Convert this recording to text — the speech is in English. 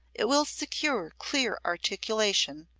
it will secure clear articulation,